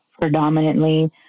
predominantly